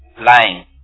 lying